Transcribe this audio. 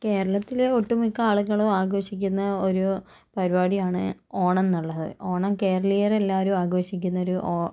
കേരളത്തിലെ ഒട്ടു മിക്ക ആളുകളും ആഘോഷിക്കുന്ന ഒരു പരിപാടിയാണ് ഓണംന്നൊള്ളത് ഓണം കേരളീയരെല്ലാരും ആഘോഷിക്കുന്നൊരു ഓ